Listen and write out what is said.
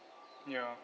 ya